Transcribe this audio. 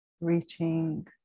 reaching